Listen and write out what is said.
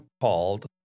called